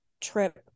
trip